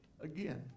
again